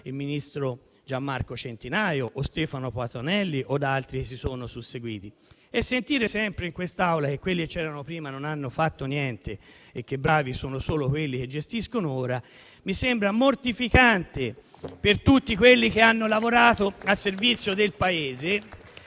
ex ministri Centinaio, Patuanelli e gli altri che si sono susseguiti. E sentir dire sempre in quest'Aula che quelli che c'erano prima non hanno fatto niente e che sono bravi solo quelli che gestiscono ora mi sembra mortificante per tutti quelli che hanno lavorato al servizio del Paese.